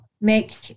make